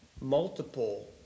multiple